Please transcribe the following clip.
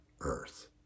earth